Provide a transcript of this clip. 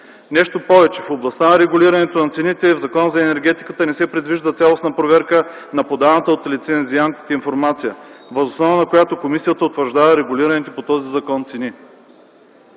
Нещо повече, в областта на регулирането на цените в Закона за енергетиката не се предвижда цялостна проверка на подаваната от лицензиантите информация, въз основа на която комисията утвърждава регулираните по този закон цени.